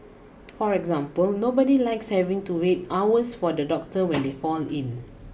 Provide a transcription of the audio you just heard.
for example nobody likes having to wait hours for the doctor when they fall ill